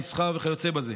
למסחר וכיוצא באלה,